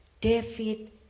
David